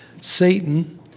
Satan